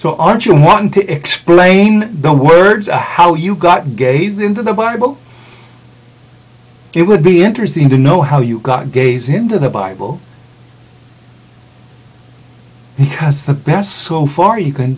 so aren't you want to explain the words how you got gays into the bible it would be interesting to know how you got gays into the bible because the best so far you can